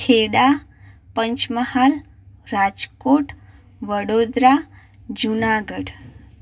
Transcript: Kheda Panchmahal Rajkot Vadodara Junagadh